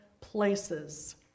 places